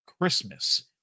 Christmas